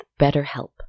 BetterHelp